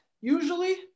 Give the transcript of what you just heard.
Usually